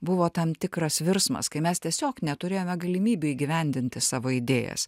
buvo tam tikras virsmas kai mes tiesiog neturėjome galimybių įgyvendinti savo idėjas